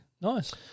nice